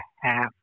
half